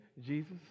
Jesus